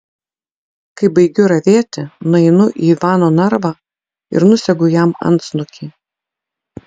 kai baigiu ravėti nueinu į ivano narvą ir nusegu jam antsnukį